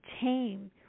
tame